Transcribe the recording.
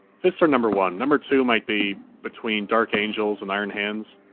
fists are number one, number two might be, between dark angels and iron hands.